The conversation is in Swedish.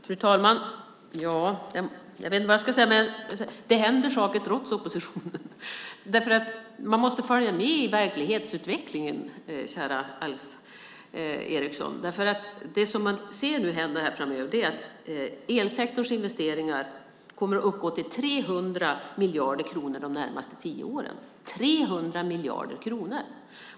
Fru talman! Jag vet inte vad jag ska säga, men det händer saker trots oppositionen. Man måste följa med i verklighetsutvecklingen, kära Alf Eriksson. Det man ser hända framöver är att elsektorns investeringar kommer att uppgå till 300 miljarder kronor de närmaste tio åren - 300 miljarder kronor!